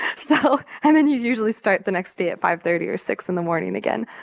so and then you usually start the next day at five thirty or six in the morning again.